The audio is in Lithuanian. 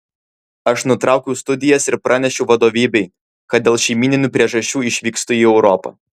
aš nutraukiau studijas ir pranešiau vadovybei kad dėl šeimyninių priežasčių išvykstu į europą